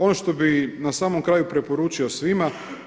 Ono što bi na samom kraju preporučio svima.